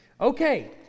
Okay